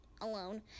alone